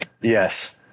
Yes